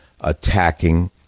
attacking